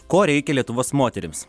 ko reikia lietuvos moterims